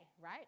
right